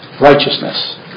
righteousness